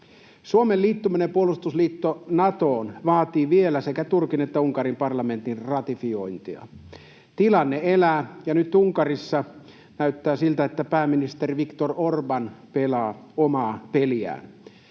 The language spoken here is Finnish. Suomen liittyminen puolustusliitto Natoon vaatii vielä sekä Turkin että Unkarin parlamentin ratifiointia. Tilanne elää, ja nyt Unkarissa näyttää siltä, että pääministeri Viktor Orbán pelaa omaa peliään.